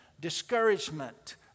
discouragement